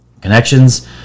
Connections